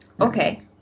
Okay